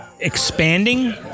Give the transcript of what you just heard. expanding